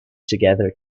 together